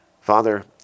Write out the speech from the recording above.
father